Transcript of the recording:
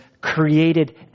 created